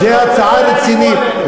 זו הצעה רצינית,